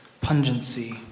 pungency